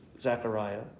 Zechariah